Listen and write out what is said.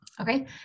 Okay